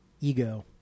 ego